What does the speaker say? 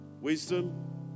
Wisdom